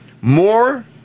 more